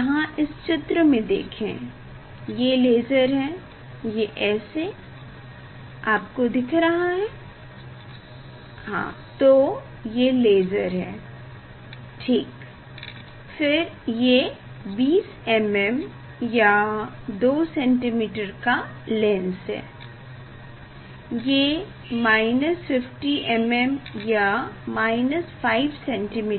यहाँ इस चित्र में देखें ये लेसर है ये ऐसे आपको दिख रहा है तो ये लेसर है ठीक फिर ये 20 mm या 2 cm का लेंस है ये 50mm या 5cm